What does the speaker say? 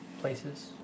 places